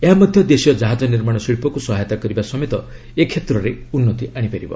ଏହା ମଧ୍ୟ ଦେଶୀୟ ଜାହାଜ ନିର୍ମାଣ ଶିଳ୍ପକୁ ସହାୟତା କରିବା ସମେତ ଏ କ୍ଷେତ୍ରରେ ଉନ୍ନତି ଆଶିପାରିବ